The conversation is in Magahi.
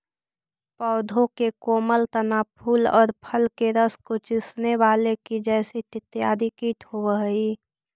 पौधों के कोमल तना, फूल और फल के रस को चूसने वाले की जैसिड इत्यादि कीट होवअ हई